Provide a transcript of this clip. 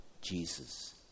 Jesus